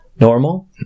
normal